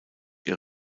ihr